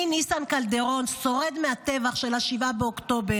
אני, ניסן קלדרון, שורד מהטבח של 7 באוקטובר,